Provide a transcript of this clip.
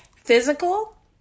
Physical